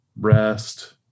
rest